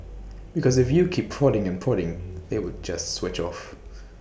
because if you keep prodding and prodding they will just switch off